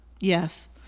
Yes